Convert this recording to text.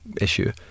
issue